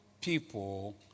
people